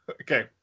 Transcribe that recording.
Okay